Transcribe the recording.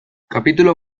capítulo